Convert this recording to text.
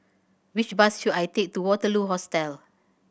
which bus should I take to Waterloo Hostel